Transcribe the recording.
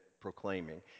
proclaiming